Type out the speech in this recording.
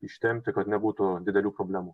ištempti kad nebūtų didelių problemų